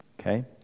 Okay